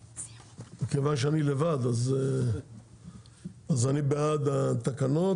מכיוון שאני לבד אז אני בעד התקנות,